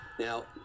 Now